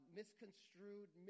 misconstrued